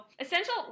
essential